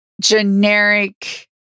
generic